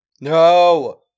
No